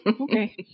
Okay